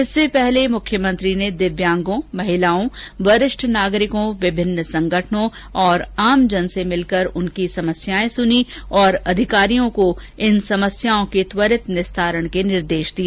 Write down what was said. इससे पूर्व मुख्यमंत्री ने दिव्यांगों महिलाओं वरिष्ठ नागरिकों विभिन्न संगठनों और आमजन से मिलकर उनकी समस्याएं सुनीं और अधिकारियों को समस्याओं के त्वरित निस्तारण के निर्देश दिए